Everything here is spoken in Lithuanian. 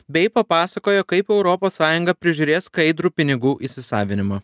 bei papasakojo kaip europos sąjunga prižiūrės skaidrų pinigų įsisavinimą